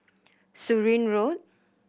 Surin Road